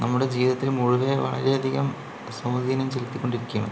നമ്മുടെ ജീവിതത്തിൽ മുഴുവന് വളരേയധികം സ്വാധീനം ചെലുത്തി കൊണ്ടിരിക്കുകയാണ്